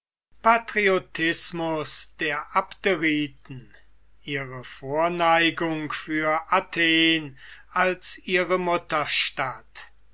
patriotismus der abderiten ihre vorneigung für athen als ihre mutterstadt